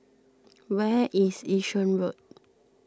where is Yishun Road